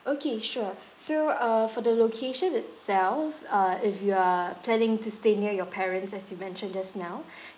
okay sure so uh for the location itself uh if you are planning to stay near your parents as you mentioned just now